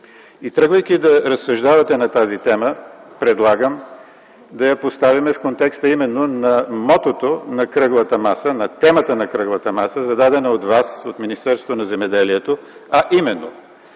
И тръгвайки да разсъждавате по тази тема предлагам да я поставим в контекста именно на мотото на кръглата маса, на темата на кръглата маса, зададена от вас, от Министерството на земеделието, а именно: